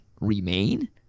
remain